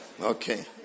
Okay